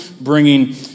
bringing